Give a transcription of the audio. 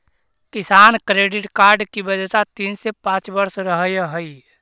किसान credit card की वैधता तीन से पांच वर्ष रहअ हई